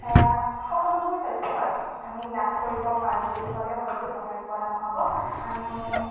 সকলোবোৰ তথ্যই আমি লাভ কৰিব পাৰোঁ বুলি ক'লেও হয়তো বঢ়াই কোৱা নহ'ব আমি